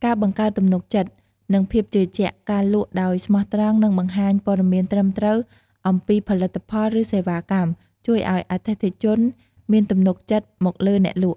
ការបង្កើតទំនុកចិត្ត និងភាពជឿជាក់ ការលក់ដោយស្មោះត្រង់ និងបង្ហាញព័ត៌មានត្រឹមត្រូវអំពីផលិតផល ឬសេវាកម្ម ជួយឲ្យអតិថិជនមានទំនុកចិត្តមកលើអ្នកលក់។